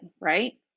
right